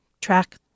track